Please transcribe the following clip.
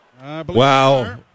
Wow